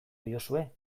diozue